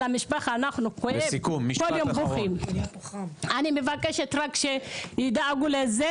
אני מבקשת רק שיתייחסו לזה